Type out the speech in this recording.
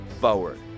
forward